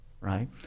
right